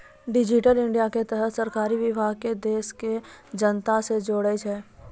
digital India के तहत सरकारी विभाग के देश के जनता से जोड़ै छै